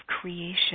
creation